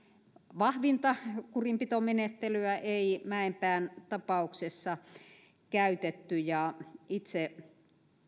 vahvinta kurinpitomenettelyä ei mäenpään tapauksessa käytetty ja itse